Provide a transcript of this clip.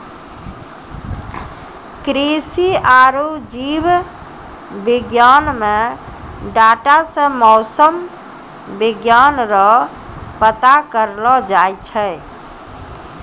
कृषि आरु जीव विज्ञान मे डाटा से मौसम विज्ञान रो पता करलो जाय छै